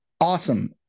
Awesome